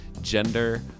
Gender